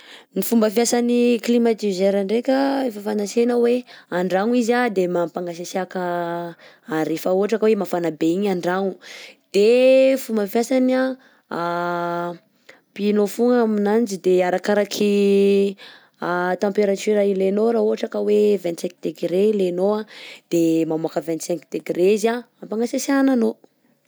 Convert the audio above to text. Ny fomba fiasan'ny climatiseur ndreka efa fantantsena hoe andragno izy de mampangatsiatsiaka rehefa ohatra ka hoe mafana be igny andragno, de fomba fiasan'ny a pihinao fogna aminanjy de arakaraky température ilenao raha ohatra ka hoe vingt-cinq degré ilenao de mamoaka vingt-cinq degré izy a hampangatsiatsiahana anao.